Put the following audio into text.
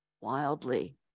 wildly